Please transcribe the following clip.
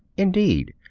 indeed,